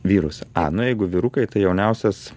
vyrus a nu jeigu vyrukai tai jauniausias